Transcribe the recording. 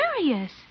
serious